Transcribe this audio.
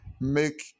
make